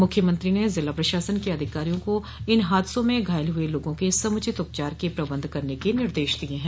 मुख्यमंत्री ने ज़िला प्रशासन के अधिकारियों को इन हादसों में घायल हुए लोगों के समुचित उपचार के प्रबंध करने के निर्देश दिये हैं